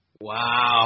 Wow